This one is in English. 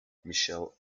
michelle